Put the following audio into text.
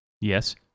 Yes